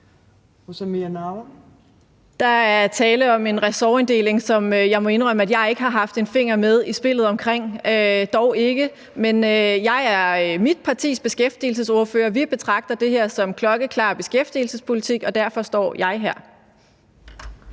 Der er tale om en ressortfordeling, som jeg må indrømme at jeg ikke har haft en finger med i spillet om – det har jeg dog ikke. Men jeg er mit partis beskæftigelsesordfører, og vi betragter det her som klokkeklar beskæftigelsespolitik, og derfor står jeg her.